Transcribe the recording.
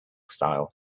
style